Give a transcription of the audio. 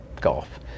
golf